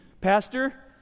Pastor